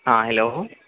ہاں ہیلو